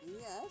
Yes